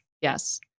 Yes